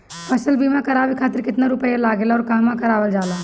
फसल बीमा करावे खातिर केतना रुपया लागेला अउर कहवा करावल जाला?